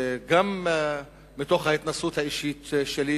גם מתוך ההתנסות האישית שלי,